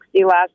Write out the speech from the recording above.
last